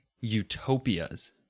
utopias